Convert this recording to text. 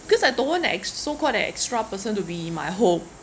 because I don't want a ex~ s~ so call that extra person to be in my home